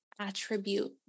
attribute